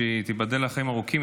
שתיבדל לחיים ארוכים,